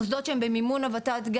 מוסדות שהם במימון הות"ת,